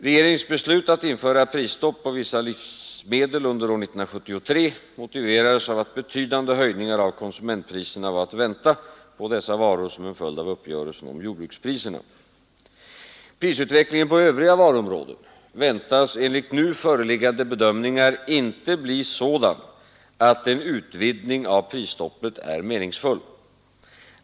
Regeringens beslut att införa prisstopp på vissa livsmedel under år 1973 motiverades av att betydande höjningar av konsumentpriserna var att vänta på dessa varor som en följd av uppgörelsen om jordbrukspriserna. Prisutvecklingen på övriga varuområden väntas enligt nu föreliggande bedömningar inte bli sådan, att en utvidgning av prisstoppet är meningsfull.